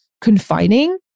confining